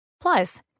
Plus